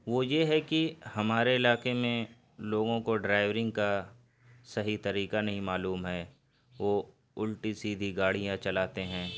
وہ یہ ہے کہ ہمارے علاقے میں لوگوں کو ڈرائیورنگ کا صحیح طریکہ نہیں معلوم ہے وہ الٹی سیدھی گاڑیاں چلاتے ہیں